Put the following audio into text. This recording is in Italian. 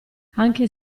anche